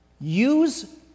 use